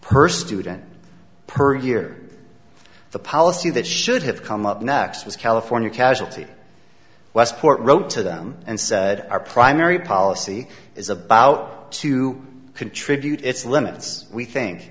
per student per year the policy that should have come up next with california casualty westport wrote to them and said our primary policy is about to contribute it's limits we think